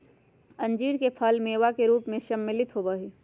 अंजीर के फल मेवा के रूप में सम्मिलित होबा हई